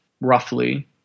roughly